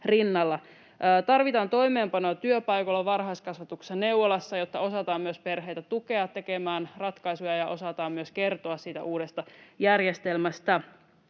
Tarvitaan toimeenpanoa työpaikoilla, varhaiskasvatuksessa, neuvolassa, jotta myös osataan perheitä tukea tekemään ratkaisuja ja osataan myös kertoa siitä uudesta järjestelmästä.